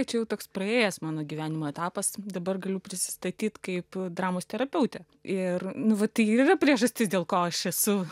tai čia jau toks praėjęs mano gyvenimo etapas dabar galiu prisistatyti kaip dramos terapeutė ir nu vat tai ir yra priežastis dėl ko aš esu